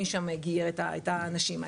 מי שם גייר את האנשים האלה,